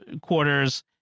quarters